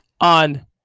on